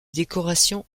décoration